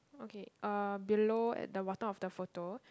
okay uh below at the bottom of the photo